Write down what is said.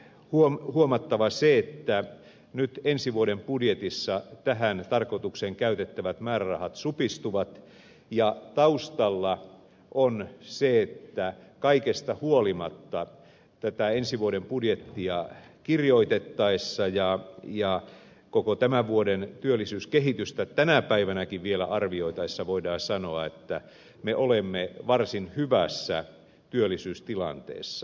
on huomattava se että nyt ensi vuoden budjetissa tähän tarkoitukseen käytettävät määrärahat supistuvat ja taustalla on se että kaikesta huolimatta tätä ensi vuoden budjettia kirjoitettaessa ja koko tämän vuoden työllisyyskehitystä tänä päivänäkin vielä arvioitaessa voidaan sanoa että me olemme varsin hyvässä työllisyystilanteessa